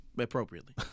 appropriately